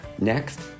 next